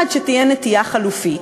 שתהיה נטיעה חלופית,